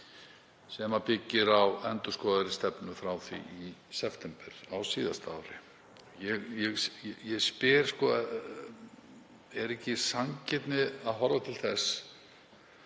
sem byggir á endurskoðaðri stefnu frá því í september á síðasta ári. Ég spyr: Er ekki sanngirni að horfa til þess